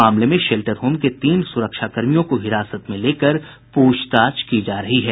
मामले में shelter home के तीन सुरक्षाकर्मियों को हिरासत में लेकर पूछताछ की जा रही है